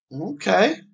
Okay